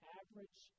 average